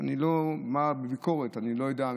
שאני לא בא בביקורת, אני לא יודע.